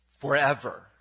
forever